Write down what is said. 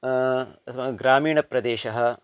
अस्माकं ग्रामीणप्रदेशः